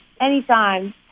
Anytime